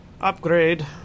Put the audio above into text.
Upgrade